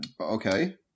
Okay